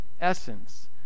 essence